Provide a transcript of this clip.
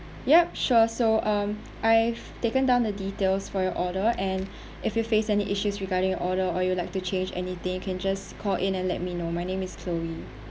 yup sure so um I've taken down the details for your order and if you face any issues regarding your order or you'd like to change anything you can just call in and let me know my name is chloe